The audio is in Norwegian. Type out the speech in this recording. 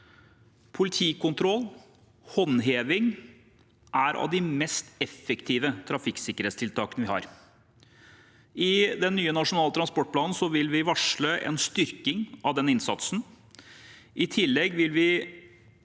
Politikontroll, håndheving, er av de mest effektive trafikksikkerhetstiltakene vi har. I den nye nasjonale transportplanen vil vi varsle en styrking av den innsatsen. I tillegg vil vi